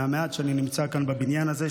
מהמעט שאני נמצא כאן בבניין הזה,